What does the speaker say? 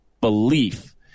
belief